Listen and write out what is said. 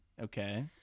Okay